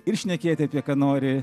ir šnekėti apie ką nori